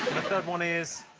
third one is.